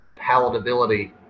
palatability